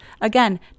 again